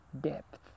depth